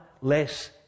less